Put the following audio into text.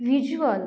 visual